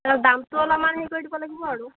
অঁ দামটো অলপমান সেই কৰি দিব লাগিব আৰু